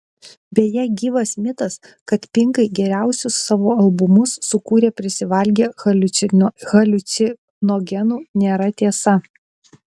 beje gyvas mitas kad pinkai geriausius savo albumus sukūrė prisivalgę haliucinogenų nėra tiesa